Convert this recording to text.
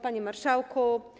Panie Marszałku!